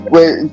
Wait